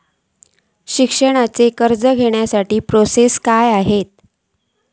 शिक्षणाची कर्ज घेऊची प्रोसेस काय असा?